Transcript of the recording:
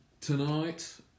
tonight